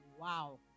wow